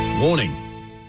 warning